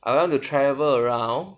I want to travel around